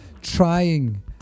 trying